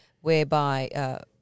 whereby